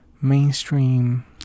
mainstream